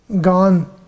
gone